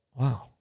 Wow